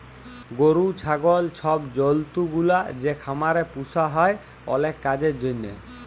গরু, ছাগল ছব জল্তুগুলা যে খামারে পুসা হ্যয় অলেক কাজের জ্যনহে